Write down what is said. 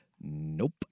Nope